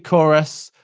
chorus,